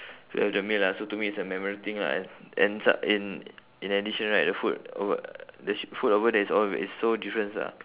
to have the meal lah so to me it's a memorable thing lah and in in addition right the food o~ the sh~ the food over there is all is so different ah